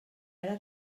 ara